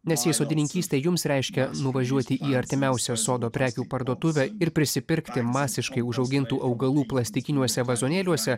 nes jei sodininkystė jums reiškia nuvažiuoti į artimiausią sodo prekių parduotuvę ir prisipirkti masiškai užaugintų augalų plastikiniuose vazonėliuose